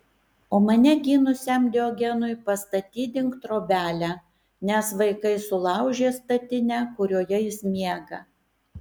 o mane gynusiam diogenui pastatydink trobelę nes vaikai sulaužė statinę kurioje jis miega